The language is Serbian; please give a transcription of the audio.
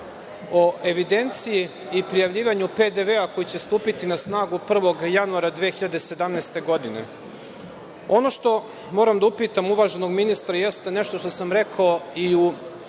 o evidenciji i prijavljivanju PDV koji će stupiti na snagu 1. januara 2017. godine. Ono što moram da upitam uvaženog ministra jeste nešto što sam rekao i u